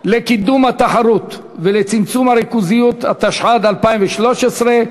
לקידום התחרות ולצמצום הריכוזיות, התשע"ד 2013,